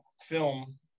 film